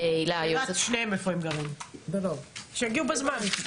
שיגיעו בזמן.